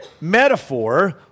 metaphor